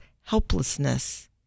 helplessness